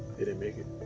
didn't make it.